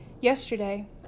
Yesterday